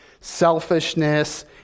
selfishness